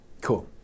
Cool